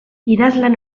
idazlan